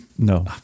no